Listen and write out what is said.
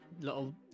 little